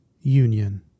Union